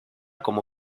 como